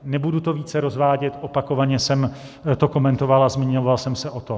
Nebudu to více rozvádět, opakovaně jsem to komentoval a zmiňoval jsem se o tom.